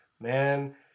Man